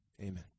amen